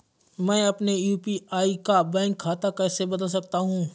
मैं अपने यू.पी.आई का बैंक खाता कैसे बदल सकता हूँ?